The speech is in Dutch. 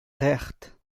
recht